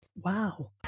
wow